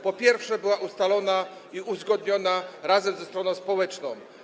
Po pierwsze, było to ustalone i uzgodnione razem ze stroną społeczną.